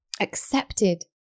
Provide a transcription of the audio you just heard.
accepted